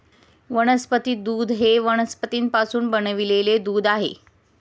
वनस्पती दूध हे वनस्पतींपासून बनविलेले दूध आहे